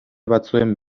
batzuen